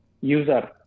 user